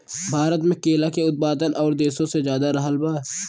भारत मे केला के उत्पादन और देशो से ज्यादा रहल बा